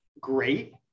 great